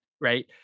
right